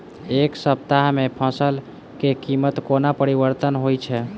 एक सप्ताह मे फसल केँ कीमत कोना परिवर्तन होइ छै?